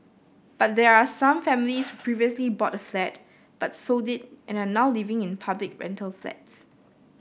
but there are some families previously bought a flat but sold it and are now living in public rental flats